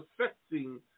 affecting